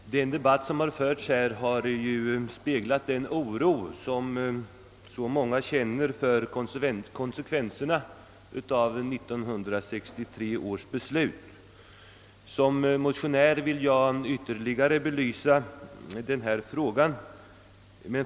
Herr talman! Den debatt som har förts här har återspeglat den oro som många känner för konsekvenserna av 1965 års beslut. Som motionär vill jag ytterligare belysa denna fråga.